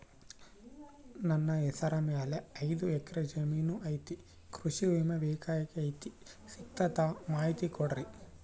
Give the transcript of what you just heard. ನನ್ನ ಹೆಸರ ಮ್ಯಾಲೆ ಐದು ಎಕರೆ ಜಮೇನು ಐತಿ ಕೃಷಿ ವಿಮೆ ಬೇಕಾಗೈತಿ ಸಿಗ್ತೈತಾ ಮಾಹಿತಿ ಕೊಡ್ರಿ?